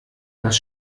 das